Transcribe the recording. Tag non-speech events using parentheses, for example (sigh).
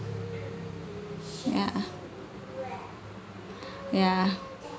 ya (breath) ya